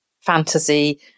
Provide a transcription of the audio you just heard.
fantasy